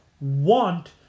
want